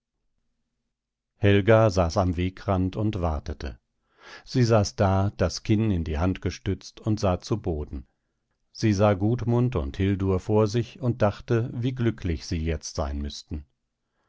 helga saß am wegrand und wartete sie saß da das kinn in die hand gestützt und sah zu boden sie sah gudmund und hildur vor sich und dachte wie glücklich sie jetzt sein müßten